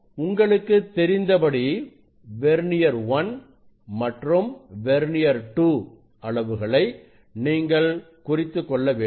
உங்களுக்கு தெரிந்தபடி வெர்னியர் 1 மற்றும் வெர்னியர்2 அளவுகளை நீங்கள் குறித்துக்கொள்ள வேண்டும்